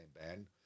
band